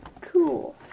Cool